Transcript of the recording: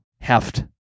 heft